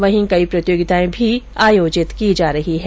वहीं कई प्रतियोगिताएं भी आयोजित की जा रही है